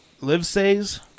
Livesay's